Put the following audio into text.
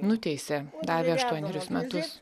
nuteisė davė aštuonerius metus